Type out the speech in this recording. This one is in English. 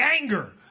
anger